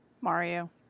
Mario